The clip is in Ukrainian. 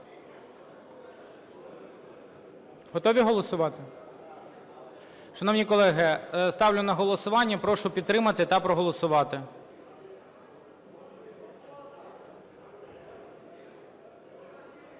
Готові голосувати? Шановні колеги, ставлю на голосування, прошу підтримати та проголосувати.